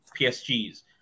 PSG's